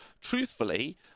truthfully